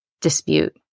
dispute